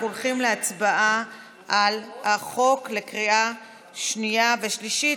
אנחנו הולכים להצבעה על החוק בקריאה שנייה ושלישית,